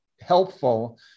helpful